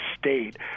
state